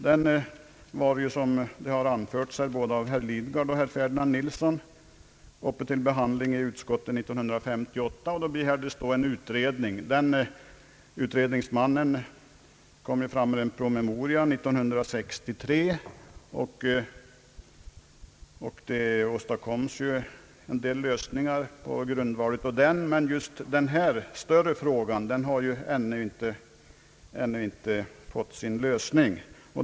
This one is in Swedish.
Frågan var, såsom har anförts både av herr Lidgard och av herr Ferdinand Nilsson, uppe till behandling i utskottet 1958, och då begärdes en utredning. Utredningsmannen kom fram med en promemoria 1963, och det åstadkoms ju en del lösningar på grundval av promemorian. Men just denna större fråga har inte fått sin lösning.